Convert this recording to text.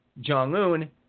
Jong-un